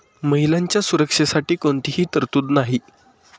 महिलांच्या सुरक्षेसाठी कोणतीही तरतूद नाही